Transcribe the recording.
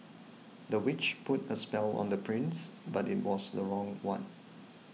the witch put a spell on the prince but it was the wrong one